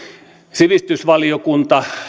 sivistysvaliokunta